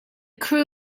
crew